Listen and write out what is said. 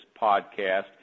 podcast